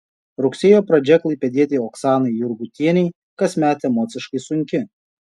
rugsėjo pradžia klaipėdietei oksanai jurgutienei kasmet emociškai sunki